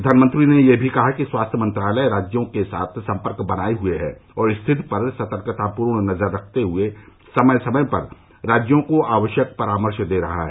प्रधानमंत्री ने यह भी कहा कि स्वास्थ्य मंत्रालय राज्यों के साथ सम्पर्क बनाए हुए है और स्थिति पर सतर्कतापूर्ण नजर रखते हुए समय समय पर राज्यों को आवश्यक परामर्श दे रहा है